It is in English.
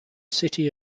city